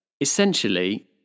Essentially